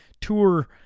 tour